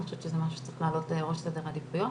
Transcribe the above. אני חושבת שזה משהו שצריך לעלות לראש סדר העדיפויות,